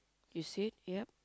you see ya